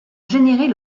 générer